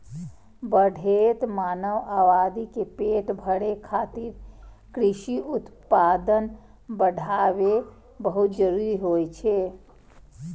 बढ़ैत मानव आबादी के पेट भरै खातिर कृषि उत्पादन बढ़ाएब बहुत जरूरी होइ छै